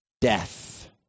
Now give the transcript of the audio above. death